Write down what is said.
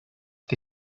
que